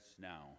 now